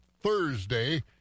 Thursday